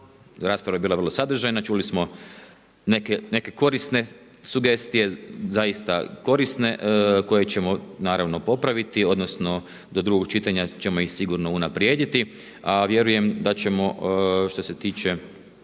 rasprava je bila vrlo sadržajna, čuli smo neke korisne sugestije, zaista korisne koje ćemo naravno popraviti, odnosno do drugog čitanja ćemo ih sigurno unaprijediti. Vjerujem da ćemo što se tiče